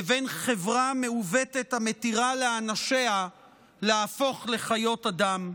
לבין חברה מעוותת, המתירה לאנשיה להפוך לחיות אדם.